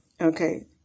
okay